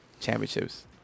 Championships